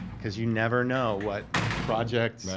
cause you never know what projects.